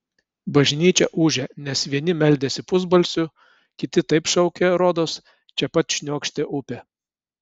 bažnyčia ūžė nes vieni meldėsi pusbalsiu kiti taip šaukė rodos čia pat šniokštė upė